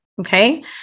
Okay